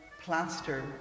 plaster